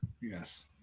Yes